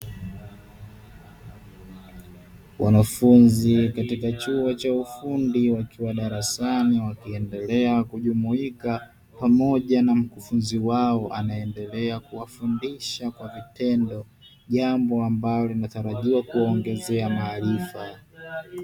Wanafunzi katika chuo cha ufundi wakiwa darasani, wakiendelea kujumuika pamoja na mkufunzi wao anayeendelea kuwafundisha kwa vitendo, jambo ambalo linatarajiwa kuwaongeneza maarifa.